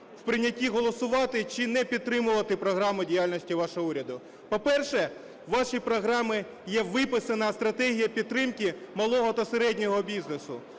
в прийнятті голосувати чи не підтримувати програму діяльності вашого уряду. По-перше, у вашій програмі є виписана стратегія підтримки малого та середнього бізнесу,